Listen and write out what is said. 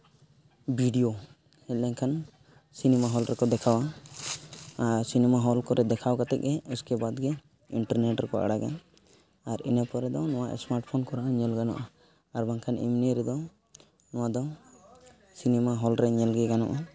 video ᱦᱮᱡ ᱞᱮᱱ ᱠᱷᱟᱱ ᱥᱤᱱᱮᱢᱟ ᱦᱚᱞ ᱨᱮᱠᱚ ᱫᱮᱠᱷᱟᱣᱟ ᱟᱨ ᱥᱤᱱᱮᱢᱟ ᱦᱚᱞ ᱦᱚᱨᱮᱜ ᱫᱮᱠᱷᱟᱣ ᱠᱟᱛᱮ ᱜᱮ ᱩᱥᱠᱮ ᱵᱟᱫ ᱤᱱᱴᱟᱨᱱᱮᱴ ᱨᱮᱠᱚ ᱟᱲᱟᱜᱟ ᱟᱨ ᱤᱱᱟᱹ ᱯᱚᱨᱮ ᱫᱚ ᱱᱚᱣᱟ ᱥᱢᱟᱨᱴ ᱯᱷᱳᱱ ᱠᱚᱨᱮ ᱦᱚᱸ ᱧᱮᱞ ᱜᱟᱱᱚᱜᱼᱟ ᱟᱨ ᱵᱟᱝᱠᱷᱟᱱ ᱮᱢᱱᱤ ᱨᱮᱫᱚ ᱱᱚᱣᱟ ᱫᱚ ᱥᱤᱱᱮᱢᱟ ᱦᱚᱞ ᱨᱮ ᱧᱮᱞ ᱫᱚ ᱜᱟᱱᱚᱜᱼᱟ